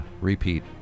repeat